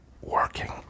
working